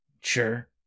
Sure